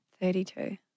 Thirty-two